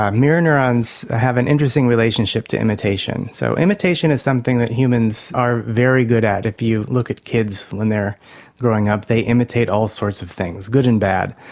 mirror neurons have an interesting relationship to imitation. so imitation is something that humans are very good at. if you look at kids when they are growing up they imitate all sorts of things, good and bad,